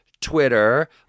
Twitter